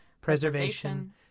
preservation